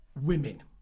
women